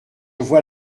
vois